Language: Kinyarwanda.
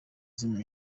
zimwe